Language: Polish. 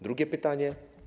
Drugie pytanie.